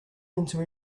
into